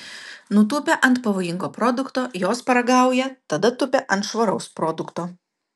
nutūpę ant pavojingo produkto jos paragauja tada tupia ant švaraus produkto